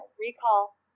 recall